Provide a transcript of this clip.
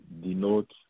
denote